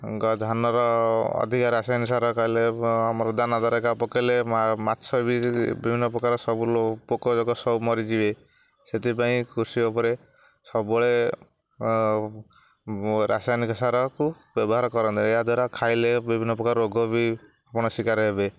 ଧାନର ଅଧିକ ରାସାୟନିକ ସାର କହିଲେ ଆମର ଦାନାଦାର ଏକା ପକାଇଲେ ମା ମାଛ ବି ବିଭିନ୍ନ ପ୍ରକାର ସବୁ ଲୋ ପୋକଜୋକ ସବୁ ମରିଯିବେ ସେଥିପାଇଁ କୃଷି ଉପରେ ସବୁବେଳେ ରାସାୟନିକ ସାରକୁ ବ୍ୟବହାର କରନ୍ତେ ଏହାଦ୍ୱାରା ଖାଇଲେ ବିଭିନ୍ନ ପ୍ରକାର ରୋଗ ବି ଆପଣ ଶିକାର ହେବେ